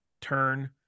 turn